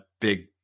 big